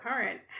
current